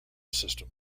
system